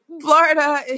Florida